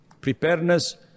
preparedness